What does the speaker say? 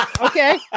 Okay